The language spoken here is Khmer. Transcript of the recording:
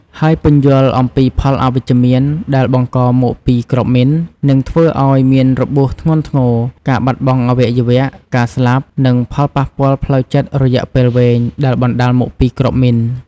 ហើយពន្យល់អំពីផលអវិជ្ជមាន ដែលបង្កមកពីគ្រាប់មីន និងធ្វើអោយមានរបួសធ្ងន់ធ្ងរ ការបាត់បង់អវយវៈ ការស្លាប់ និងផលប៉ះពាល់ផ្លូវចិត្តរយៈពេលវែងដែលបណ្ដាលមកពីគ្រាប់មីន។